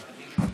בהצלחה,